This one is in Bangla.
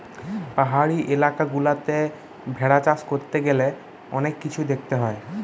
পাহাড়ি এলাকা গুলাতে ভেড়া চাষ করতে গ্যালে অনেক কিছুই দেখতে হয়